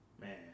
Man